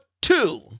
two